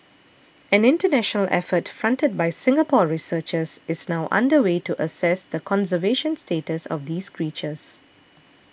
an international effort fronted by Singapore researchers is now under way to assess the conservation status of these creatures